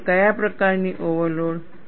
અને કયા પ્રકારની ઓવરલોડ